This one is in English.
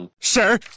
Sir